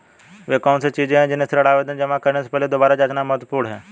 वे कौन सी चीजें हैं जिन्हें ऋण आवेदन जमा करने से पहले दोबारा जांचना महत्वपूर्ण है?